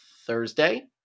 Thursday